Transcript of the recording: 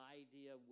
idea